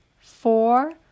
four